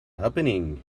happening